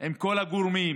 עם כל הגורמים,